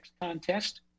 contest